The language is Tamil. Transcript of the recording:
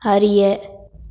அறிய